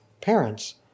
parents